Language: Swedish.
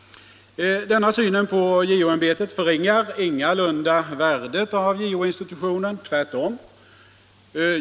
Den synen på JO-ämbetet förringar ingalunda värdet av JO-institutionen. Tvärtom.